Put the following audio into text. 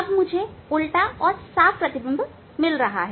अब मुझे उल्टे और साफ प्रतिबिंब मिल रहे हैं